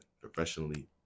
professionally